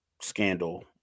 scandal